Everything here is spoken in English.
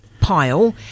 pile